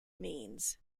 means